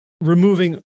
removing